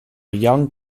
young